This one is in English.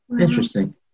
Interesting